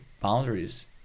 boundaries